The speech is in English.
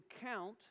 count